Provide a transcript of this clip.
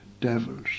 devils